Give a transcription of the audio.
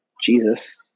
jesus